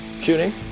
shooting